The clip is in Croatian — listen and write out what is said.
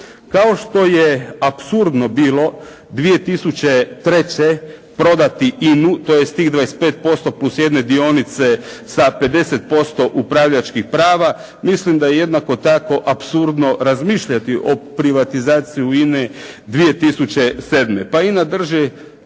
kao što je apsurdno bilo 2003. prodati INU, tj. Tih 25% plus jedne dionice sa 50% upravljačkih prava mislim da je jednako tako apsurdno razmišljati o privatizaciji INE 2007. Pa INA drži,